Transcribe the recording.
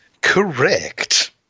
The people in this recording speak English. Correct